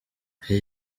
iki